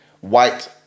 white